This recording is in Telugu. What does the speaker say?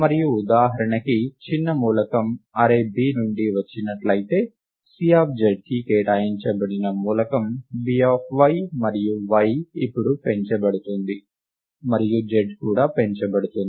మరియు ఉదాహరణకు చిన్న మూలకం అర్రే B నుండి వచ్చినట్లయితే Czకి కేటాయించబడిన మూలకం By మరియు y ఇప్పుడు పెంచబడుతుంది మరియు z కూడా పెంచబడుతుంది